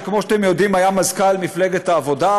שכמו שאתם יודעים היה מזכ"ל מפלגת העבודה,